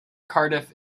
cardiff